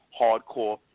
hardcore